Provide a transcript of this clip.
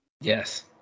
Yes